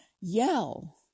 Yell